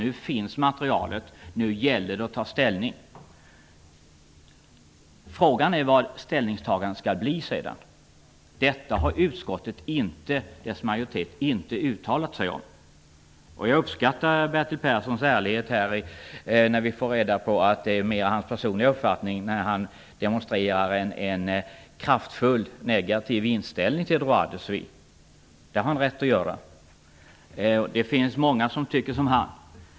Nu finns materialet, och nu gäller det att ta ställning. Frågan är sedan hur ställningstagandet blir. Det har utskottsmajoriteten inte uttalat sig om. Jag uppskattar Bertil Perssons ärlighet när vi får reda på att det mer är hans personliga uppfattning han för fram när han demonstrerar en kraftfullt negativ inställning till ''droit de suite''. Det har han rätt att göra, och det finns många som tycker som han.